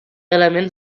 elements